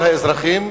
כל האזרחים,